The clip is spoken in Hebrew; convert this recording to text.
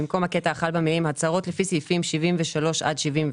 במקום הקטע החל במילים "הצהרות לפי סעיפים 73 עד 76"